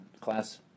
Class